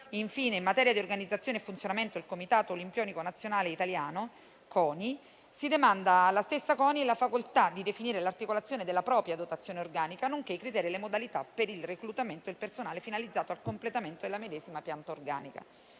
Infine, in materia di organizzazione e funzionamento del Comitato olimpionico nazionale italiano (CONI), si rimanda allo stesso la facoltà di definire l'articolazione della propria dotazione organica, nonché i criteri e le modalità per il reclutamento del personale finalizzato al completamento della medesima. L'articolo